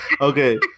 Okay